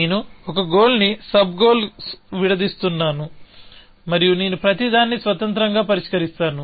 నేను ఒక గోల్ ని సబ్ గోల్స్గా విడదీస్తున్నాను మరియు నేను ప్రతిదాన్ని స్వతంత్రంగా పరిష్కరిస్తాను